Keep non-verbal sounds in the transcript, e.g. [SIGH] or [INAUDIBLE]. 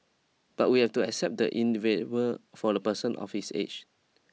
but we have to accept the [UNINTELLIGIBLE] for a person of his age